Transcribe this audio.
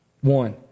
One